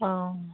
औ